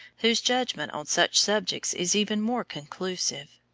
whose judgment on such subjects is even more conclusive.